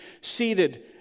seated